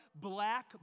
black